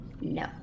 no